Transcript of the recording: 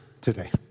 today